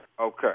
Okay